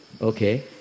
Okay